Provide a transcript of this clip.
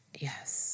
Yes